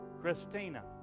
Christina